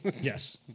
Yes